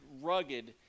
rugged